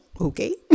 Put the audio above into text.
Okay